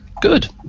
Good